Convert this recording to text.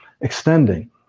Extending